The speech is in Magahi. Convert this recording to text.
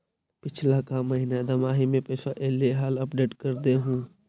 पिछला का महिना दमाहि में पैसा ऐले हाल अपडेट कर देहुन?